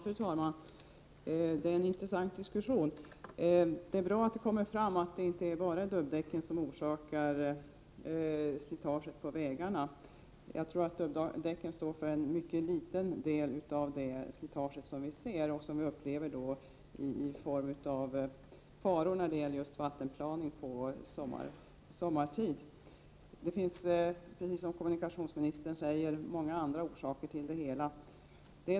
Fru talman! Det är en intressant diskussion. Det är bra att det kommer fram att det inte bara är dubbdäcken som orsakar slitage på vägarna. Jag tror att dubbdäcken står för en mycket liten del av det slitage som vi ser och upplever i form av faror som vattenplaning sommartid. Precis som kommunikationsministern säger finns det många andra orsaker.